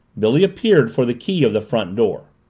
billy appeared for the key of the front door.